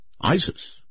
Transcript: ISIS